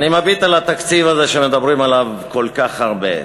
אני מביט על התקציב הזה, שמדברים עליו כל כך הרבה,